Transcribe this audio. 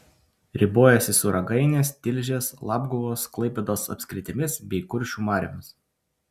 ribojosi su ragainės tilžės labguvos klaipėdos apskritimis bei kuršių mariomis